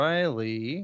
Riley